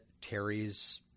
terry's